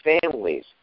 families